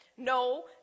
No